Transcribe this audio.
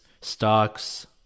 stocks